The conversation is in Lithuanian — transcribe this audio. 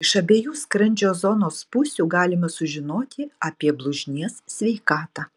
iš abiejų skrandžio zonos pusių galima sužinoti apie blužnies sveikatą